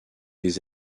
des